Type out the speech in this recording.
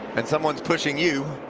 and someone's pushing you.